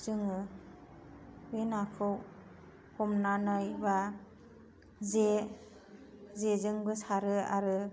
जोंङो बे नाखौ हमनानै बा जेजोंबो सारो आरो